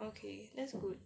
okay that's good